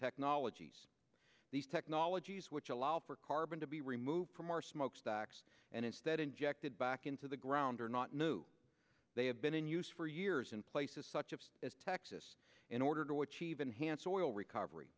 technologies these technologies which allow for carbon to be removed from our smokestacks and instead injected back into the ground and are not new they have been in use for years in places such as texas in order to achieve enhanced oil recovery